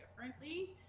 differently